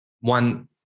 one